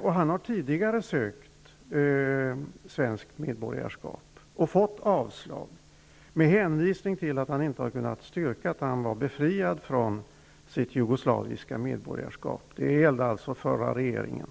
Tidigare har mannen ansökt om svenskt medborgarskap men fått avslag med hänvisning till att han inte har kunnat styrka att han var befriad från sitt jugoslaviska medborgarskap -- det gäller alltså den förra regeringen.